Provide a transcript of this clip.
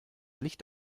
licht